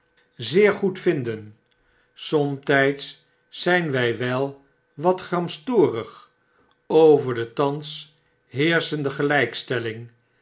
zeer goed vinden somtyds zyn wij wel wat gramstorig over de thans heerschende gelykstelling